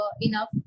enough